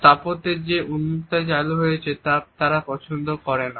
স্থাপত্যে যে উন্মুক্ততা চালু হয়েছে তা তারা পছন্দ করে না